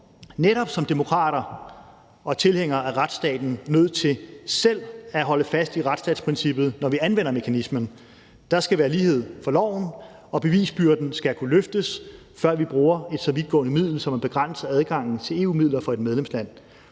netop som demokrater og tilhængere af retsstaten nødt til selv at holde fast i retsstatsprincippet, når vi anvender mekanismen. Der skal være lighed for loven, og bevisbyrden skal kunne løftes, før vi bruger et så vidtgående middel som at begrænse adgangen til EU-midler for et medlemsland.